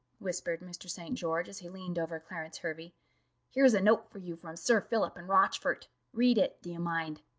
whispered mr. st. george, as he leaned over clarence hervey here's a note for you from sir philip and rochfort read it, do you mind,